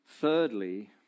Thirdly